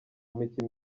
mikino